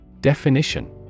definition